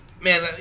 man